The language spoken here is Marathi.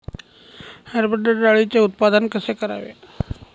हरभरा डाळीचे उत्पादन कसे करावे?